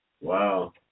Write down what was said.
wow